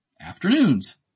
afternoons